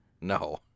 No